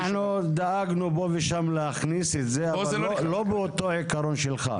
דאגנו פה ושם להכניס את זה אבל לא באותו עיקרון שלך.